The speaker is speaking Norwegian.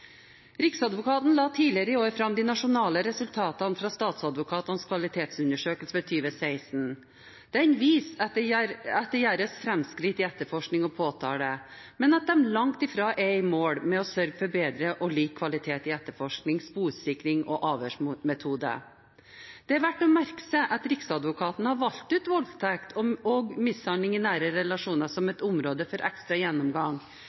Riksadvokaten la tidligere i år fram de nasjonale resultatene fra statsadvokatenes kvalitetsundersøkelse for 2016. Den viser at det gjøres framskritt i etterforskning og påtale, men at de langt ifra er i mål med å sørge for bedre og lik kvalitet i etterforskning, sporsikring og avhørsmetode. Det er verdt å merke seg at Riksadvokaten har valgt ut voldtekt og mishandling i nære relasjoner som et område for ekstra gjennomgang,